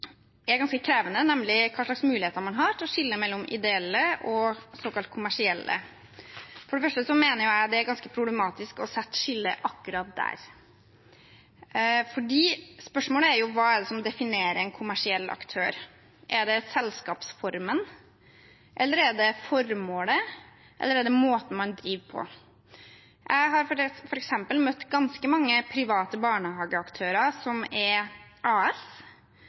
er ganske krevende, nemlig hva slags muligheter man har til å skille mellom ideelle og såkalt kommersielle. For det første mener jeg det er ganske problematisk å sette skillet akkurat der, for spørsmålet er jo hva det er som definerer en kommersiell aktør. Er det selskapsformen, er det formålet, eller er det måten man driver på? Jeg har f.eks. møtt ganske mange private barnehageaktører som er AS,